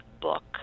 Book